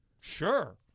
Sure